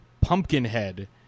Pumpkinhead